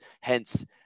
hence